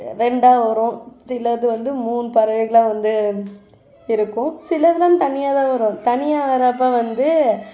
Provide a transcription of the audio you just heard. ரெண்டாக வரும் சிலது வந்து மூணு பறவைகளாக வந்து இருக்கும் சிலதெலாம் தனியாக தான் வரும் தனியாக வர்றப்போது வந்து